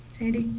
sandy